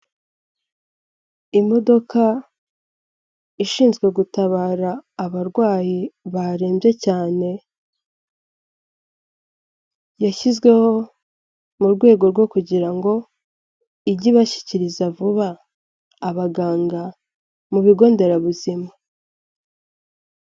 Imodoka ishinzwe gutabara abarwayi barembye cyane. Yashyizweho mu rwego rwo kugira ngo ijye ibashyikiriza vuba abaganga, mu bigo nderabuzima.